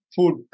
Food